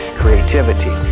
creativity